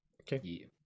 Okay